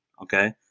Okay